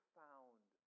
found